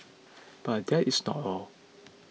but that is not all